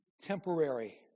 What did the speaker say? Temporary